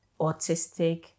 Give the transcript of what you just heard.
autistic